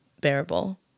bearable